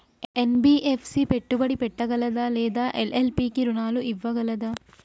NBFC పెట్టుబడి పెట్టగలదా లేదా ఎల్.ఎల్.పి కి రుణాలు ఇవ్వగలదా?